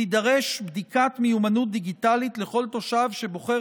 תידרש בדיקת מיומנות דיגיטלית לכל תושב שבוחר